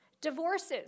divorces